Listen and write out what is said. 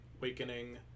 Awakening